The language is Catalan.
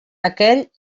aquell